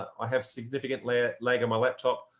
i have significantly ah lag on my laptop.